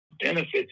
benefits